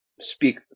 speak